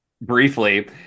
briefly